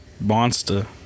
Monster